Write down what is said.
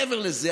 מעבר לזה,